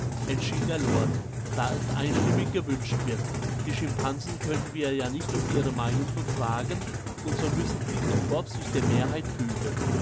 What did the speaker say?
entschied der lord da es einstimmig gewünscht wird die schimpansen können wir ja nicht um ihre meinung befragen und so müssen dick und bobs sich der mehrheit fügen